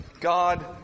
God